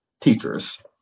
teachers